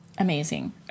Amazing